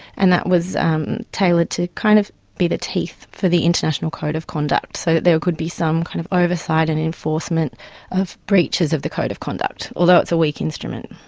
and that was um tailored to kind of be the teeth for the international code of conduct so that there could be some kind of oversight and enforcement of breaches of the code of conduct, although it's a weak instrument.